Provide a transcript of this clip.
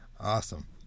Awesome